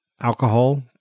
alcohol